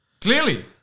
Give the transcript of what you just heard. Clearly